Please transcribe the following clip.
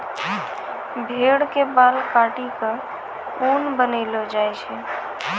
भेड़ के बाल काटी क ऊन बनैलो जाय छै